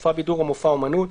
מופע בידור או מופע אומנות,